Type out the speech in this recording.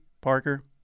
Parker